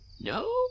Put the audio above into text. No